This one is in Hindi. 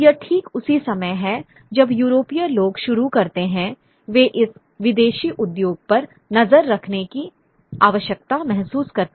यह ठीक उसी समय है जब यूरोपीय लोग शुरू करते हैं वे इस स्वदेशी उद्योग पर नज़र रखने की आवश्यकता महसूस करते हैं